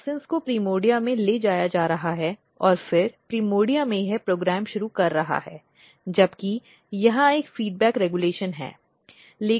auxins को primordia में ले जाया जा रहा है और फिर प्रिमोर्डिया में यह प्रोग्राम शुरू कर रहा है जबकि यहां एक फ़ीड्बेक रेगुलेशन है